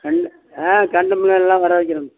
கெண்டை ஆ கெண்டை மீனெல்லாம் வர வைக்கிறோம்